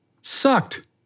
Sucked